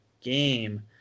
game